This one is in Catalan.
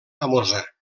famosa